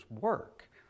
work